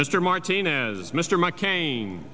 mr martinez mr mccain